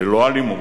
ללא אלימות,